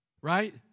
right